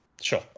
Sure